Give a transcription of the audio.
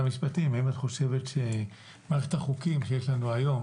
האם את חושבת שמערכת החוקים שיש לנו היום